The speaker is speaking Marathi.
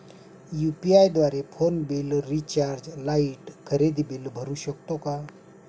यु.पी.आय द्वारे फोन बिल, रिचार्ज, लाइट, खरेदी बिल भरू शकतो का?